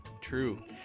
True